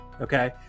okay